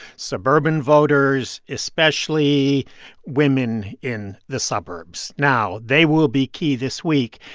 suburban voters, especially women in the suburbs. now, they will be key this week.